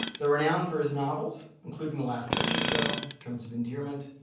though renowned for his novels, including the last picture show, terms of endearment,